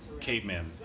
Caveman